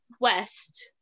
west